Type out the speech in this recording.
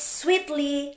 sweetly